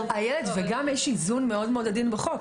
איילת, וגם יש איזון מאוד מאוד עדין בחוק.